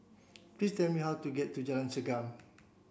please tell me how to get to Jalan Segam